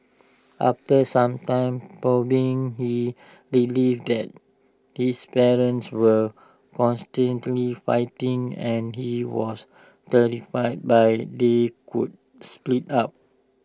after some probing he delete that his parents were constantly fighting and he was terrified by they could split up